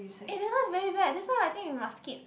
eh this one very bad this one I think we must skip